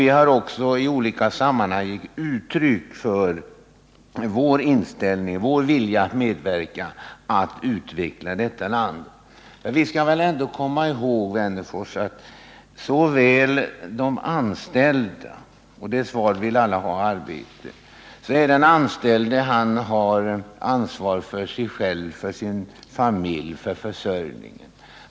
Vi har också i olika sammanhang givit uttryck för vår vilja att medverka till att utveckla detta land. Den anställde känner ansvar — och det är svaret på frågan om alla vill ha arbete — för försörjningen av sig själv och sin familj.